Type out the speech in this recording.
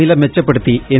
ഫ്ലില് മെച്ചപ്പെടുത്തി എൻ